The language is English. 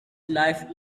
life